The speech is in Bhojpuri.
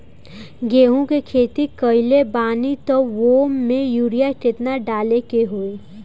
गेहूं के खेती कइले बानी त वो में युरिया केतना डाले के होई?